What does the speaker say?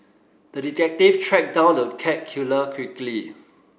the detective tracked down the cat killer quickly